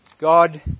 God